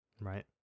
Right